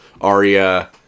Arya